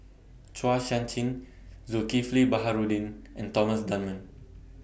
Chua Sian Chin Zulkifli Baharudin and Thomas Dunman